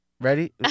ready